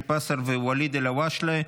משה פסל וואליד אלהואשלה.